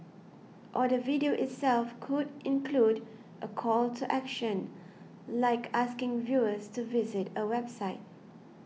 or the video itself could include a call to action like asking viewers to visit a website